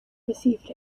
perceived